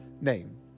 name